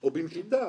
או במשותף.